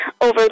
over